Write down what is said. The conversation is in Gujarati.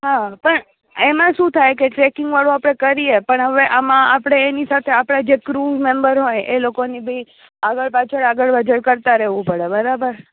હા પણ એમાં શું થાય કે ટ્રેકિંગ વાળું આપણે કરીએ પણ હવે આમાં આપણે એની સાથે આપણા જે ક્રુ મેમ્બર હોય એ લોકોને બી આગળ પાછળ આગળ વધે કરતાં રહેવું પડે બરાબર